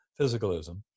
physicalism